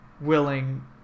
willing